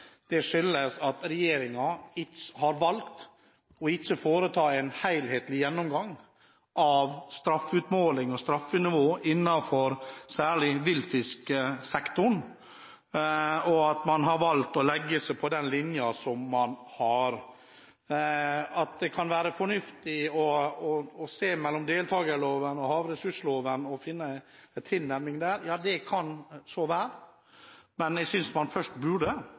Det skyldes at regjeringen har valgt ikke å foreta en helhetlig gjennomgang av straffeutmåling og straffenivå, særlig innenfor villfisksektoren, og at man har valgt å legge seg på den linjen som man har. At det kan være fornuftig å se på deltakerloven og havressursloven og finne en tilnærming der, det kan så være. Men